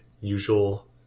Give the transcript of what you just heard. usual